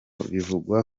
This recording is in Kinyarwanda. bivugwa